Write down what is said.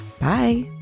Bye